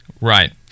Right